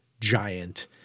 giant